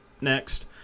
Next